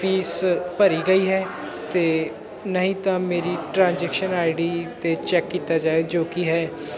fees ਭਰੀ ਗਈ ਹੈ ਅਤੇ ਨਹੀਂ ਤਾਂ ਮੇਰੀ ਟਰਾਂਜੈਕਸ਼ਨ ਆਈ ਡੀ 'ਤੇ ਚੈੱਕ ਕੀਤਾ ਜਾਏ ਜੋ ਕਿ ਹੈ